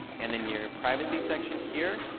and then your privacy section here,